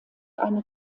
eine